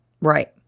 Right